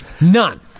None